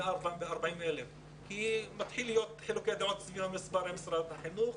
140,000. מתחילים חילוקי דעות סביב המספר עם משרד החינוך